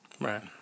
Right